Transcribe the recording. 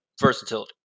versatility